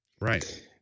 Right